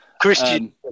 Christian